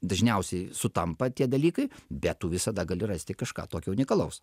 dažniausiai sutampa tie dalykai bet tu visada gali rasti kažką tokio unikalaus